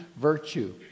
virtue